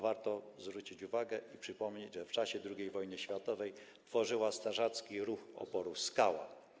Warto zwrócić uwagę i przypomnieć, że w czasie II wojny światowej tworzyła Strażacki Ruch Oporu „Skała”